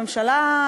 הממשלה,